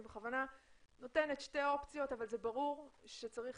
אני בכוונה נותנת שתי אופציות אבל ברור שצריך